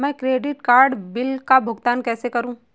मैं credit card bill का भुगतान कैसे करूं?